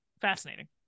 fascinating